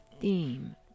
theme